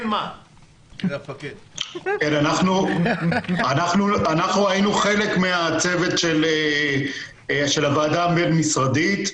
אנחנו היינו חלק מהצוות של הוועדה הבין-משרדית.